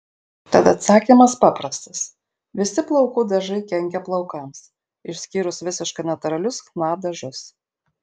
tad atsakymas paprastas visi plaukų dažai kenkia plaukams išskyrus visiškai natūralius chna dažus